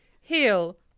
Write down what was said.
Heal